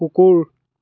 কুকুৰ